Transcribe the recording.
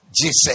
Jesus